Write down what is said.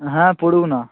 হ্যাঁ পড়ুক না